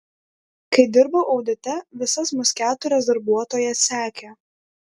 kai dirbau audite visas mus keturias darbuotojas sekė